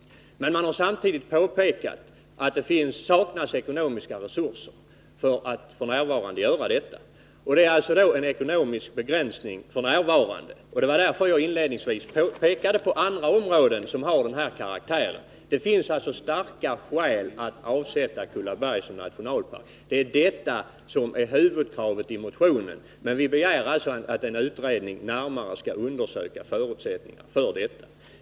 Men verket påpekade samtidigt att det f. n. saknas ekonomiska resurser för att göra detta. Det finns således f. n. en ekonomisk begränsning, och det var anledningen till att jag inledningsvis pekade på andra områden som har denna karaktär. Det finns alltså starka skäl att avsätta Kullaberg som nationalpark. Det är detta som är huvudkravet i motionen. Men vi begär också att en utredning närmare skall undersöka förutsättningarna för detta.